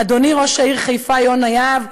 אדוני ראש העיר חיפה יונה יהב,